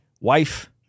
wife